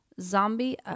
zombie